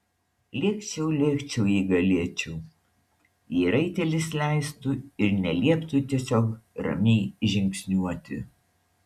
lėkčiau lėkčiau jei galėčiau jei raitelis leistų ir nelieptų tiesiog ramiai žingsniuoti